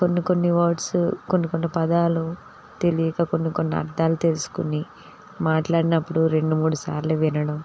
కొన్ని కొన్ని వర్డ్స్ కొన్ని కొన్ని పదాలు తెలీక కొన్ని కొన్ని అర్దాలు తెలుసుకుని మాట్లాడినప్పుడు రెండు మూడు సార్లు వినడం